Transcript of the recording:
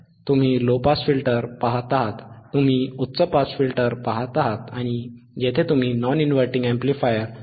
तुम्ही low pass filter पहात आहात तुम्ही उच्च पास फिल्टर पहात आहात आणि येथे तुम्ही नॉन इनव्हर्टिंग अॅम्प्लीफायर पहात आहात